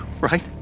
right